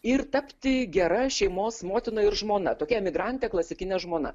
ir tapti gera šeimos motina ir žmona tokia emigrantė klasikinė žmona